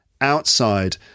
outside